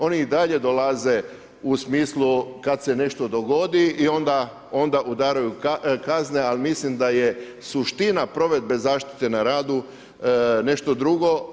Oni i dalje dolaze u smislu kad se nešto dogodi i onda udaraju kazne, ali mislim da je suština provedbe zaštite na radu nešto drugo.